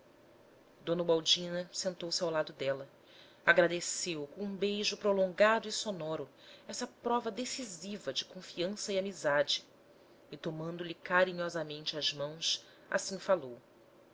ubaldina sentou-se ao lado dela agradeceu com um beijo prolongado e sonoro essa prova decisiva de confiança e amizade e tomando-lhe carinhosamente as mãos assim falou